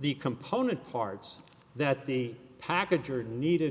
the component parts that the packager needed